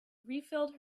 refilled